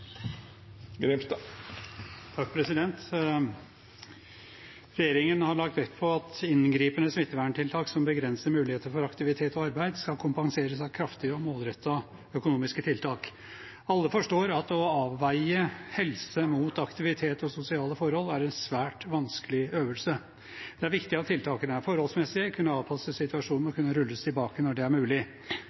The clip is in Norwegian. Regjeringen har lagt vekt på at inngripende smitteverntiltak som begrenser muligheter for aktivitet og arbeid, skal kompenseres av kraftige og målrettede økonomiske tiltak. Alle forstår at å avveie helse mot aktivitet og sosiale forhold er en svært vanskelig øvelse. Det er viktig at tiltakene er forholdsmessige, må kunne avpasses situasjonen og må kunne rulles tilbake når det er mulig.